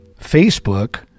Facebook